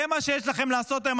זה מה שיש לכם לעשות היום?